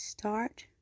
start